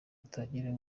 utangire